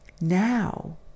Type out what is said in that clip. now